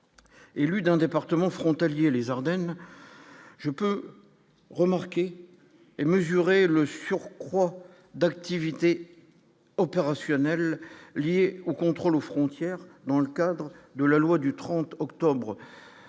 élu d'un département frontalier les Ardennes je peux remarquer et mesurer le surcroît d'activités opérationnelles liées aux contrôles aux frontières, dans le cadre de la loi du 30 octobre